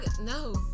no